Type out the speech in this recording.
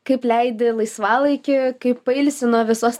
kaip leidi laisvalaikį kaip pailsi nuo visos